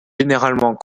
généralement